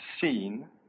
seen